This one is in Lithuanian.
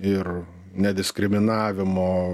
ir nediskriminavimo